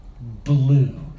blue